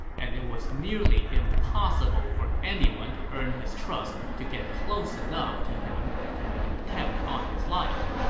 and it was nearly impossible for anyone to earn his trust to get close enough to him to make an attempt on his life.